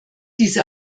diese